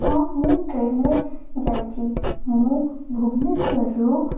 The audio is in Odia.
ହଁ ମୁଁ ଟ୍ରେନରେ ଯାଇଛି ମୁଁ ଭୂବନେଶ୍ଵରରୁ